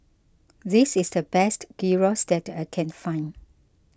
this is the best Gyros that I can find